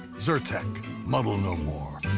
zyrtec muddle no more.